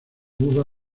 uva